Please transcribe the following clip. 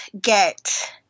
get